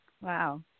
Wow